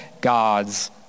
God's